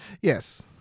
Yes